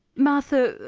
martha,